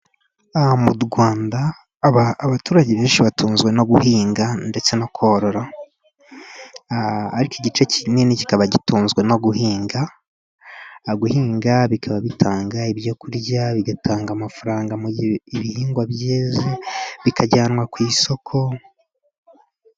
Mu Rwanda abaturage benshi batunzwe no guhinga ndetse no korora, ariko igice kinini kikaba gitunzwe no guhinga. Guhinga bikaba bitanga ibyo kurya, bigatanga amafaranga mu gihe ibihingwa byeze bikajyanwa ku isoko.